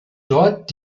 dort